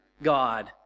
god